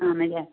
ആണല്ലേ